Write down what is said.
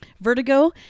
vertigo